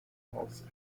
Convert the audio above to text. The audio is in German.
haus